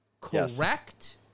correct